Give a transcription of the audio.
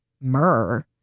myrrh